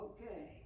Okay